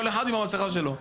כל אחד עם המסכה שלו.